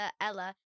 Ella